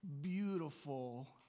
beautiful